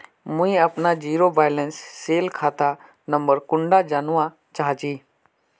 मुई अपना zero balance सेल खाता नंबर कुंडा जानवा चाहची?